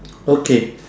okay